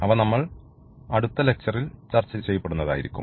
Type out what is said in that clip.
അവ നമ്മൾ അടുത്ത ലെക്ച്ചറിൽ ചർച്ചചെയ്യപ്പെടുന്നതായിരിക്കും